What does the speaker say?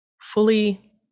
fully